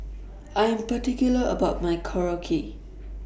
I'm particular about My Korokke